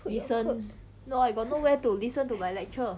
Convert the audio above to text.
listen no I got nowhere to listen to my lecture